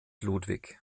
ludwig